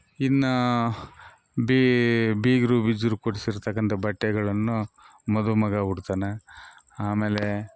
ಇನ್ನು ಬೀಗರು ಬಿಜ್ರು ಕೊಡ್ಸಿರ್ತಕ್ಕಂಥ ಬಟ್ಟೆಗಳನ್ನು ಮದುಮಗ ಉಡ್ತಾನೆ ಆಮೇಲೆ